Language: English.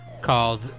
called